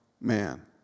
man